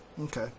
Okay